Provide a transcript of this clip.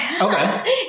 Okay